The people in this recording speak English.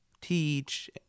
TEACH